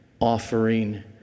offering